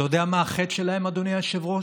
אתה יודע מה החטא שלהם, אדוני היושב-ראש?